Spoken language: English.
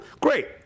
great